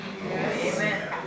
Amen